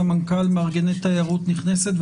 סמנכ"ל מארגני תיירות נכנסת,